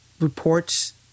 reports